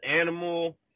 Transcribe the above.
animal